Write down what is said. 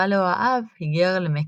קאלו האב היגר למקסיקו,